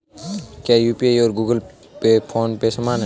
क्या यू.पी.आई और Google Pay PhonePe समान हैं?